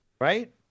right